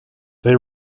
they